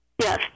Yes